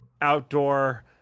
outdoor